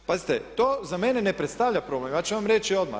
Pazite, to za mene ne predstavlja problem, ja ću vam reći odmah.